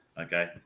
Okay